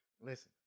listen